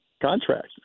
contract